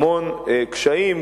המון קשיים,